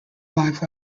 live